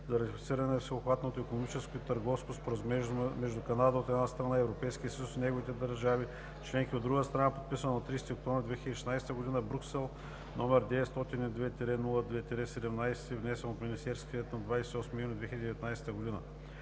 за ратифициране на Всеобхватното икономическо и търговско споразумение между Канада, от една страна, и Европейския съюз и неговите държави членки, от друга страна, подписано на 30 октомври 2016 г. в Брюксел, № 902-02-17, внесен от Министерския съвет на 28 юни 2019 г.